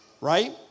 right